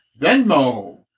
Venmo